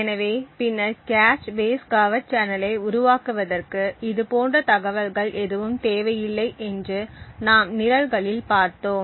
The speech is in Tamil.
எனவே பின்னர் கேச் பேஸ் கவர்ட் சேனலை உருவாக்குவதற்கு இதுபோன்ற தகவல்கள் எதுவும் தேவையில்லை என்று நாம் நிரல்களில் பார்த்தோம்